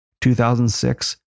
2006